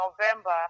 November